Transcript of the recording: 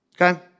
Okay